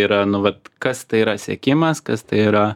yra nu vat kas tai yra sekimas kas tai yra